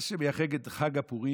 מה שמייחד את חג הפורים